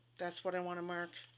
that's what and want to mark